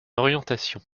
orientation